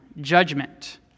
judgment